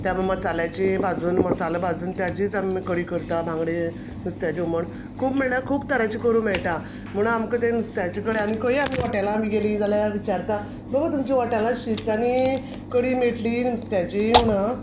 तें आमी मसाल्याची भाजून मसाल भाजून त्याजीच आमी कडी करता बांगडे नुस्त्याचें हुमण खूब म्हळ्ळ्या खूब तराचें करूं मेळटा म्हुणू आमक तें नुस्त्याची कडी आनी खंयी आमी हॉटॅलां बी गेलीं जाल्या विचारता बाबा तुमचे हॉटॅला शीत आनी कडी मेळटली नुस्त्याची म्हुणू आ